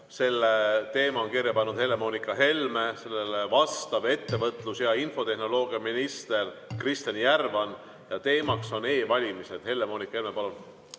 Selle teema on kirja pannud Helle‑Moonika Helme, vastab ettevõtlus‑ ja infotehnoloogiaminister Kristjan Järvan ja teemaks on e-valimised. Helle‑Moonika Helme, palun!